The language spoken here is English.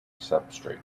substrate